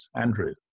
Andrew